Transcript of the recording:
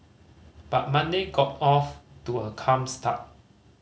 but Monday got off to a calm start